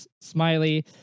smiley